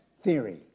theory